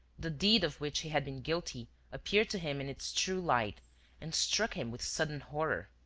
the deed of which he had been guilty appeared to him in its true light and struck him with sudden horror.